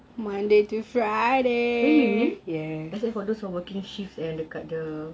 really really except for those who are working shifts and dekat the